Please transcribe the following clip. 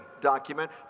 document